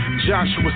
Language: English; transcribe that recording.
Joshua